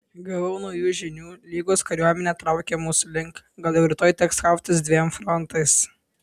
gavau naujų žinių lygos kariuomenė traukia mūsų link gal jau rytoj teks kautis dviem frontais